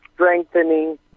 strengthening